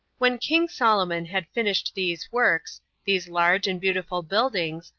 when king solomon had finished these works, these large and beautiful buildings,